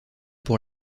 pour